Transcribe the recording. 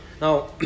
now